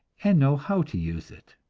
and know how to use it.